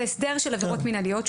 זה הסדר של עבירות מינהליות,